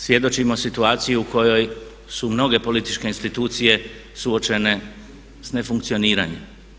Svjedočimo situaciji u kojoj su mnoge političke institucije suočene s nefunkcioniranjem.